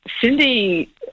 Cindy